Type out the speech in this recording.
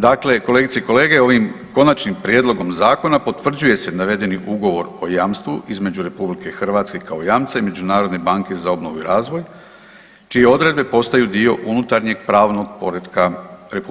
Dakle kolegice i kolege, ovim konačnim prijedlogom zakona potvrđuje se navedeni Ugovor o jamstvu između RH kao jamca i Međunarodne banke za obnovu i razvoj čije odredbe postaju dio unutarnjeg pravnog poretka RH,